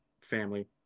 family